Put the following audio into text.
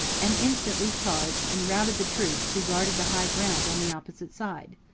and instantly charged and routed the troops who guarded the high ground on the opposite side.